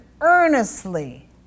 earnestly